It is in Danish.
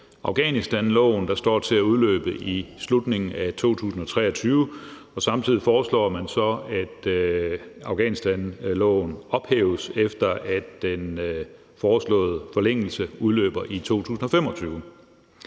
Afghanistansærloven, der står til at udløbe i slutningen af 2023. Samtidig foreslår man så, at Afghanistansærloven ophæves, efter at den foreslåede forlængelse udløber i 2025.